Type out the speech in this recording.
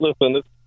Listen